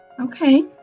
Okay